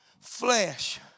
Flesh